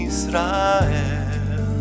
Israel